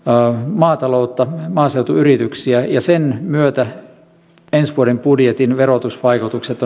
maataloutta maaseutuyrityksiä ja sen myötä ensi vuoden budjetin verotusvaikutukset